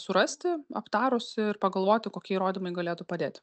surasti aptarus ir pagalvoti kokie įrodymai galėtų padėti